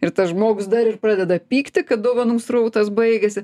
ir tas žmogus dar ir pradeda pykti kad dovanų srautas baigėsi